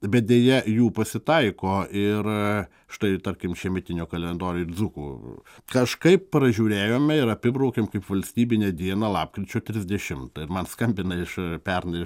bet deja jų pasitaiko ir štai tarkim šiemetinio kalendoriuj dzūkų kažkaip pražiūrėjome ir apibraukėm kaip valstybinę dieną lapkričio trisdešimtą man skambina iš pernai